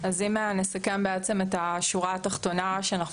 אז אם נסכם את השורה התחתונה שאנחנו